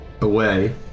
away